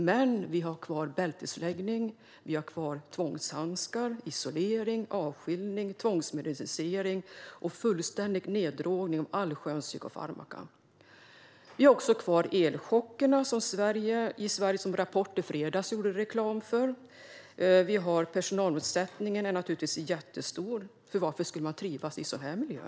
Men vi har kvar bältesläggning, tvångshandskar, isolering, avskiljning, tvångsmedicinering och fullständig neddrogning med allsköns psykofarmaka. Vi har också kvar elchockerna i Sverige, som Rapport gjorde reklam för i fredags. Personalomsättningen är naturligtvis jättestor, för varför skulle man trivas i en sådan miljö?